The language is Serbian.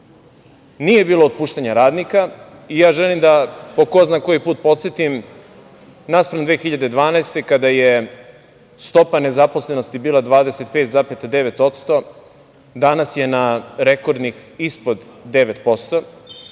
bilo otpuštanja radnika i ja želim da po ko zna koji put podsetim, naspram 2012. godine kada je stopa nezaposlenosti bila 25,9%, danas je na rekordnih ispod 9%.